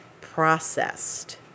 processed